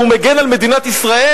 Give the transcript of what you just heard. הוא מגן על מדינת ישראל?